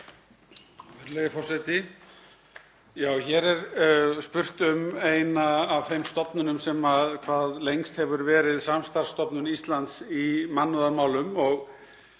hér er spurt um eina af þeim stofnunum sem hvað lengst hefur verið samstarfsstofnun Íslands í mannúðarmálum